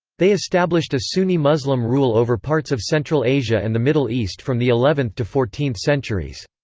they established a sunni muslim rule over parts of central asia and the middle east from the eleventh to fourteenth centuries.